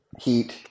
Heat